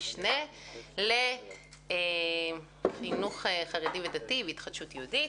המשנה לחינוך חרדי ודתי והתחדשות יהודית.